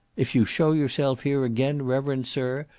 if you show yourself here again, reverend sir,